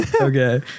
Okay